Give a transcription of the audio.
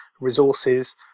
resources